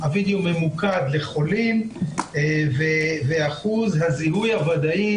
הווידיאו ממוקד בחולים ואחוז הזיהוי הוודאי